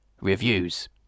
reviews